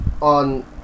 on